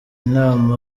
inama